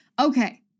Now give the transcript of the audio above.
Okay